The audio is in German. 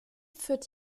führt